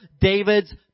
David's